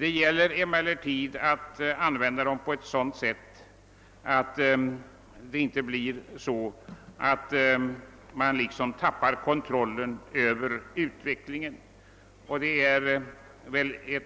Det gäller emellertid att använda dem på ett sådant sätt att inte resultatet blir att man liksom tappar kontrollen över utvecklingen. Ett